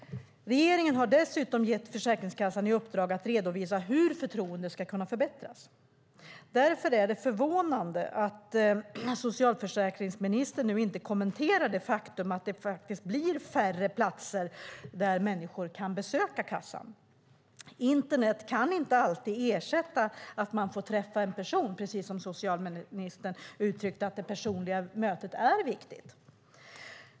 Regeringen har dessutom gett Försäkringskassan i uppdrag att redovisa hur förtroendet ska kunna förbättras. Därför är det förvånande att socialförsäkringsministern inte kommenterar det faktum att det nu blir färre platser där människor kan besöka kassan. Internet kan inte alltid ersätta att man får träffa en person, och socialförsäkringsministern uttryckte att det personliga mötet är viktigt.